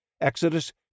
Exodus